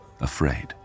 afraid